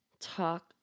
talk